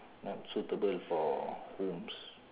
not suitable for homes